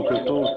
בוקר טוב,